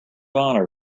honor